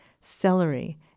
celery